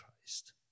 Christ